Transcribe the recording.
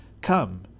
Come